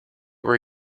were